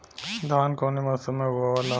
धान कौने मौसम मे बोआला?